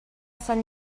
sant